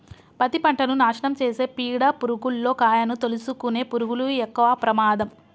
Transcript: పత్తి పంటను నాశనం చేసే పీడ పురుగుల్లో కాయను తోలుసుకునే పురుగులు ఎక్కవ ప్రమాదం